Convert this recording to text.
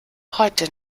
heute